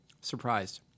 Surprised